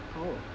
oh